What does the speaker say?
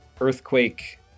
Earthquake